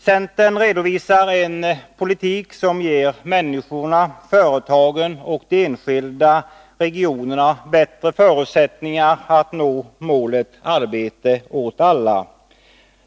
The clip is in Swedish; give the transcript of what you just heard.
Centern redovisar en politik som ger människorna, företagen och de enskilda regionerna bättre förutsättningar att nå målet arbete åt alla.